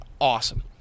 awesome